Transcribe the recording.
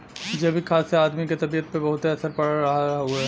जैविक खाद से आदमी के तबियत पे बहुते असर पड़ रहल हउवे